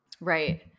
Right